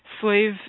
slave